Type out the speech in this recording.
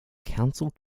council